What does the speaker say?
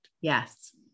Yes